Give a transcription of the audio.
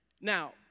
Now